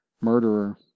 murderer